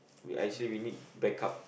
you actually we need backup